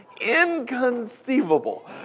inconceivable